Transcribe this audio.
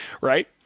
right